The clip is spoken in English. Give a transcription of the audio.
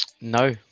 No